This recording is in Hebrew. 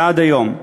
ועד היום.